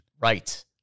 Right